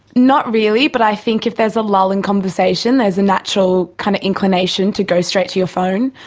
not really but i think if there's a lull in conversation there's a natural kind of inclination to go straight to your phone.